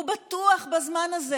והוא בטוח בזמן הזה.